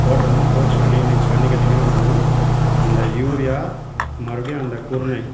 போட்டோம்னா போட்டு தண்ணி கிண்ணி தண்ணி காட்டின்னே வந்தோம்னா அந்த யூரியா மறுபடியும் அந்த குருணை